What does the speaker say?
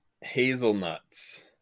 Hazelnuts